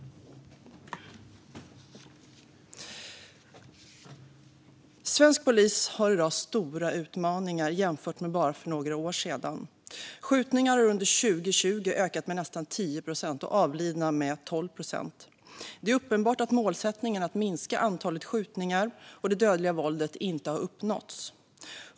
Svensk polis har i dag stora utmaningar jämfört med för bara några år sedan. Antalet skjutningar har under 2020 ökat med nästan 10 procent, och antalet avlidna har ökat med 12 procent. Det är uppenbart att målsättningen att minska antalet skjutningar och det dödliga våldet inte har uppnåtts.